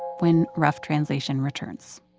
when rough translation returns